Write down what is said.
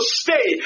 stay